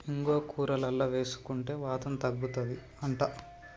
ఇంగువ కూరలల్ల వేసుకుంటే వాతం తగ్గుతది అంట